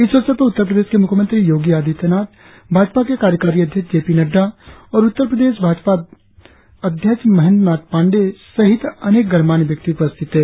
इस अवसर पर उत्तर प्रदेश के मुख्यमंत्री योगी आदित्यनाथ भाजपा के कार्यकारी अध्यक्ष जे पी नड़डा और उत्तर प्रदेश भाजपा अध्यक्ष महेन्द्र नाथ पांडेय सहित अनेक गणमान्य व्यक्ति उपस्थित थे